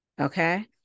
okay